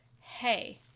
hey